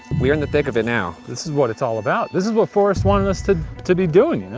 we are in the thick of it now. this is what it's all about. this is what forrest wanted us to to be doing, you know?